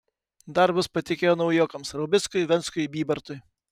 darbus patikėjo naujokams raubickui venckui bybartui